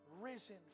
risen